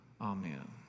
Amen